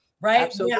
Right